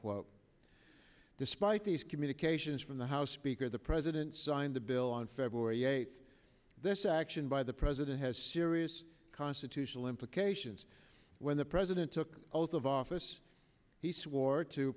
quote despite these communications from the house speaker the president signed the bill on february eighth this action by the president has serious constitutional implications when the president took out of office he swore to